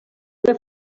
una